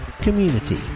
Community